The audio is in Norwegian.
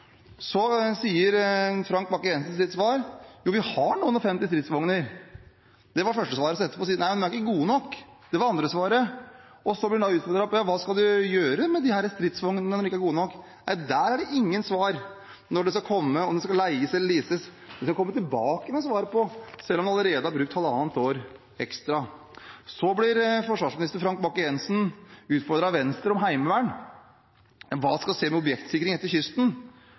Frank Bakke-Jensens svar: Jo, vi har noen og femti stridsvogner. Det var det første svaret. Etterpå sier han at de ikke er gode nok. Det var det andre svaret. Så blir han utfordret: Hva skal man gjøre med disse stridsvognene når de ikke er gode nok? Nei, der er det ingen svar – når de skal komme, om de skal leies eller leases. Det skal han komme tilbake med svar på, selv om han allerede har brukt halvannet år ekstra. Forsvarsminister Frank Bakke-Jensen blir utfordret av Venstre på heimevern: Hva skal skje med objektsikringen langs kysten?